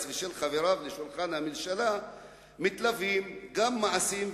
ושל חבריו לשולחן הממשלה מתלווים גם מעשים,